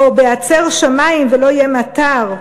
בהעצר שמים ולא יהיה מטר,